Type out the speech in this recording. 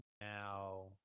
now